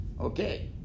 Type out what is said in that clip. Okay